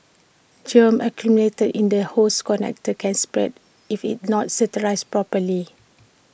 germs accumulated in the hose connector can spread if IT not sterilised properly